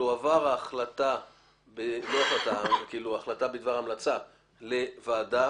תועבר ההחלטה בדבר המלצה לוועדה